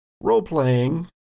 role-playing